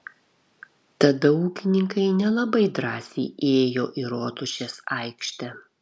tada ūkininkai nelabai drąsiai ėjo į rotušės aikštę